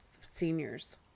seniors